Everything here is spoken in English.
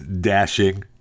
dashing